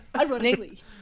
ironically